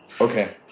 Okay